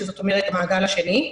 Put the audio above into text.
שזה אומר המעגל השני,